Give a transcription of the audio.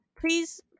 please